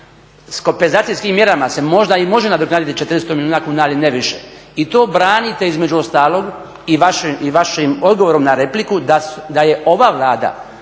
S kompenzacijskim mjerama se možda i može nadoknaditi 400 milijuna kuna ali ne više. I to branite između ostalog i vašim odgovorom na repliku da je ova Vlada